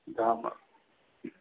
जाम आहे